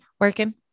working